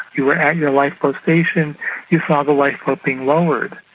you were at your lifeboat station you saw the lifeboat being lowered.